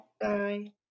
Bye